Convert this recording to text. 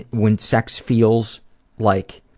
when sex feels like,